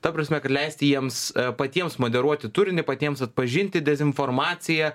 ta prasme kad leisti jiems patiems moderuoti turinį patiems atpažinti dezinformaciją